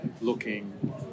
looking